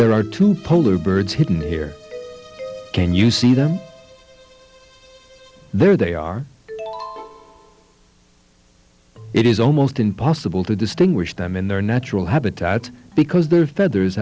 there are two polar birds hidden here can you see them there they are it is almost impossible to distinguish them in their natural habitat because their feathers